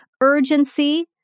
urgency